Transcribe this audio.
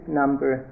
number